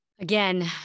Again